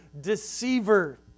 deceiver